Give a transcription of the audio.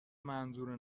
منظور